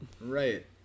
Right